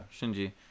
shinji